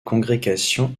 congrégations